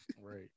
right